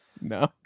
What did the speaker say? No